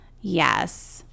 Yes